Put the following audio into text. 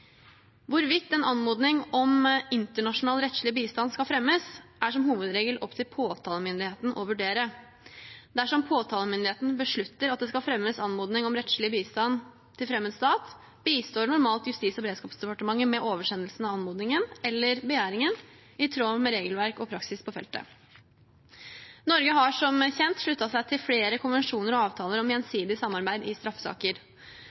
Hvorvidt en anmodning om internasjonal rettslig bistand skal fremmes, er som hovedregel opp til påtalemyndigheten å vurdere. Dersom påtalemyndigheten beslutter at det skal fremmes anmodning om rettslig bistand til fremmed stat, bistår normalt Justis- og beredskapsdepartementet med oversendelsen av anmodningen eller begjæringen, i tråd med regelverk og praksis på feltet. Norge har som kjent sluttet seg til flere konvensjoner og avtaler om gjensidig samarbeid i straffesaker.